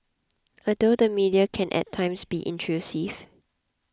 although the media can at times be intrusive